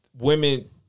women